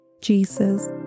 Jesus